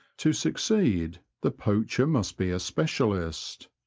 to succeed the poacher must be a specialist.